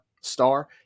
Star